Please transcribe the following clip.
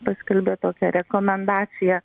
paskelbė tokią rekomendaciją